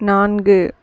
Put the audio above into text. நான்கு